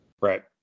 Right